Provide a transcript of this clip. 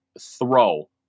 throw